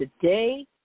today